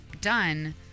done